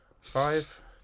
Five